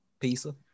Pizza